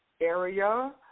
area